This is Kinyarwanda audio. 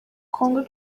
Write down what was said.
kongo